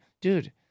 dude